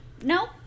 no